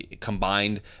combined